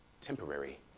temporary